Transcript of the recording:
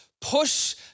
push